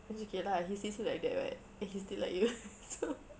it's okay lah he sees you like that [what] and he still like you so